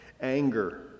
anger